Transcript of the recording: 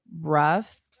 rough